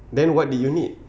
then what do you need